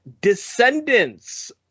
Descendants